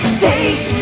take